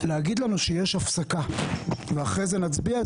מה עוד שלהגיד לנו שיש הפסקה ואחרי זה נצביע,